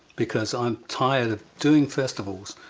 because i'm tired of doing festivals.